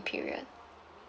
period